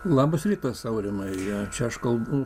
labas rytas aurimai čia aš kalbu